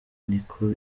niko